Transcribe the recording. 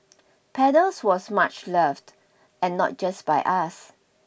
paddles was much loved and not just by us